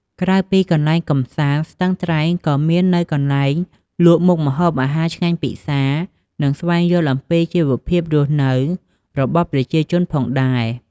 ក្រៅពីកន្លែងកំសាន្ត ស្ទឹងត្រែងក៏មាននូវកន្លែងលក់មុខម្ហូបអាហារឆ្ងាញ់ពិសារ និងស្វែងយល់អំពីជីវភាពរស់នៅរបស់ប្រជាជនផងដែរ។